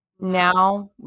now